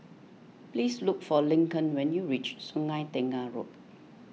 please look for Lincoln when you reach Sungei Tengah Road